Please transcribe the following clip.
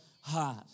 heart